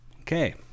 okay